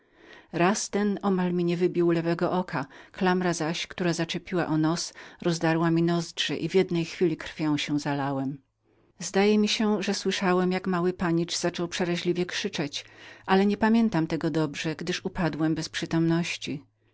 raz ten wysadził mi na wierzch jedno oko klamra zaś rozdarła mi nozdrza i w jednej chwili krwią się zalałem zdaje mi się że słyszałem jak mały panicz zaraz zaczął przeraźliwie krzyczeć ale niepamiętam tego dobrze gdyż upadłem bez przytomności